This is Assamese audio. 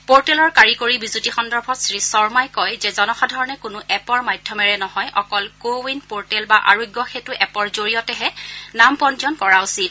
পোৰ্টেলৰ কাৰিকৰী বিজুতি সন্দৰ্ভত শ্ৰীশৰ্মাই কয় যে জনসাধাৰণে কোনো এপৰ মাধ্যমেৰে নহয় অকল কো ৱিন পোৰ্টেল বা আৰোগ্য সেতু এপৰ জৰিয়তেহে নাম পঞ্জীয়ন কৰা উচিত